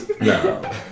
No